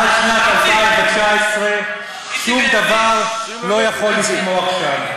עד שנת 2019 שום דבר לא יכול לצמוח שם.